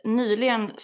nyligen